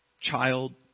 Child